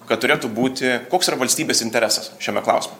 kad turėtų būti koks yra valstybės interesas šiame klausime